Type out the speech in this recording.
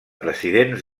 presidents